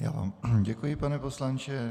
Já vám děkuji, pane poslanče.